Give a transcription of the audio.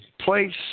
place